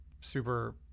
super